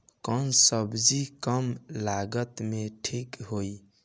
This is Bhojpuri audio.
कौन सबजी कम लागत मे ठिक होई?